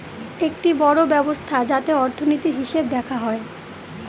একটি বড়ো ব্যবস্থা যাতে অর্থনীতির, হিসেব দেখা হয়